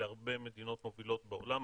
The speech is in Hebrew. להרבה מדינות מובילות בעולם,